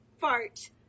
fart